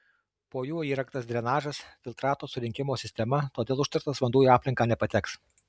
po juo įrengtas drenažas filtrato surinkimo sistema todėl užterštas vanduo į aplinką nepateks